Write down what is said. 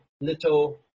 little